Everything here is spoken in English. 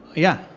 yeah.